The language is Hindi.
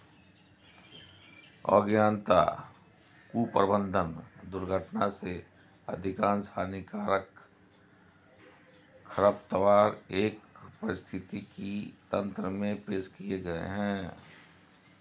अज्ञानता, कुप्रबंधन, दुर्घटना से अधिकांश हानिकारक खरपतवार एक पारिस्थितिकी तंत्र में पेश किए गए हैं